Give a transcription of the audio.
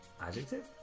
Adjective